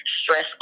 stress